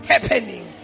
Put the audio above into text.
Happening